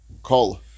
Call